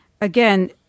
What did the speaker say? again